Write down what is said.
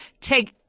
take